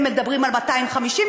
הם מדברים על 250,